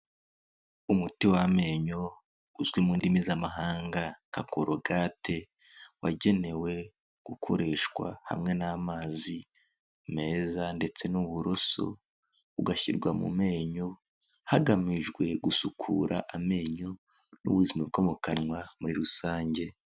Umuti w'amenyo uzwi mu ndimi z'amahanga nka "Cologate", wagenewe gukoreshwa hamwe n'amazi meza ndetse n'uburoso, ugashyirwa mu menyo hagamijwe gusukura amenyo n'ubuzima bwo mu kanwa muri rusange.